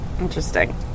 interesting